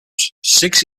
six